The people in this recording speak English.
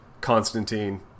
Constantine